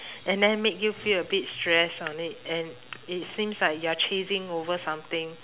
and then make you feel a bit stressed on it and it seems like you're chasing over something